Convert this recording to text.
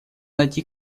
найти